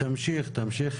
תמשיך.